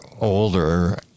older